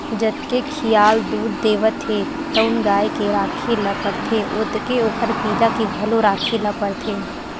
जतके खियाल दूद देवत हे तउन गाय के राखे ल परथे ओतके ओखर पिला के घलो राखे ल परथे